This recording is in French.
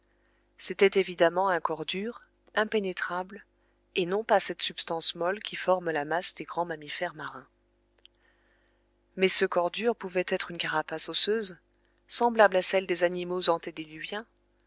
c'était évidemment un corps dur impénétrable et non pas cette substance molle qui forme la masse des grands mammifères marins mais ce corps dur pouvait être une carapace osseuse semblable à celle des animaux antédiluviens